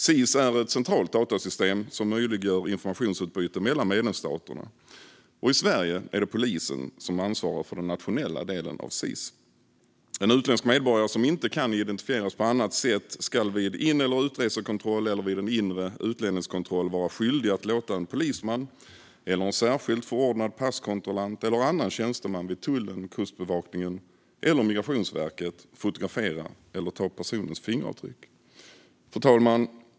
SIS är ett centralt datasystem som möjliggör informationsutbyte mellan medlemsstaterna. I Sverige är det polisen som ansvarar för den nationella delen av SIS. En utländsk medborgare som inte kan identifieras på annat sätt ska vid in eller utresekontroll eller vid en inre utlänningskontroll vara skyldig att låta en polisman eller en särskilt förordnad passkontrollant eller annan tjänsteman vid tullen, Kustbevakningen eller Migrationsverket fotografera eller ta personens fingeravtryck. Fru talman!